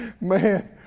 Man